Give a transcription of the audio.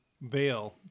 veil